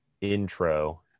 intro